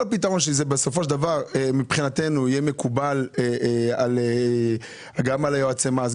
בסופו של דבר מבחינתנו יהיה מקובל גם על יועצי המס,